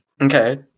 Okay